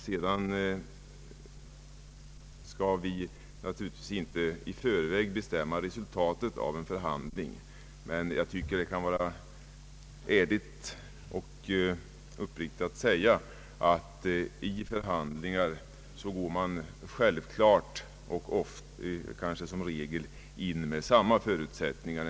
Vi skall naturligtvis inte i förväg bestämma resultatet av en förhandling, men jag tycker att det kan vara ärligt och uppriktigt att säga att i förhandlingar går man som regel in med samma förutsättningar.